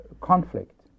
conflict